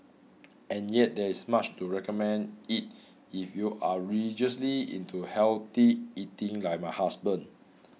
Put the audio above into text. and yet there is much to recommend it if you are religiously into healthy eating like my husband